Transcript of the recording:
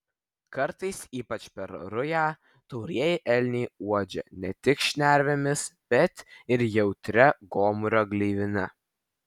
kartais ypač per rują taurieji elniai uodžia ne tik šnervėmis bet ir jautria gomurio gleivine